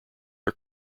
are